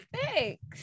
Thanks